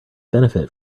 benefit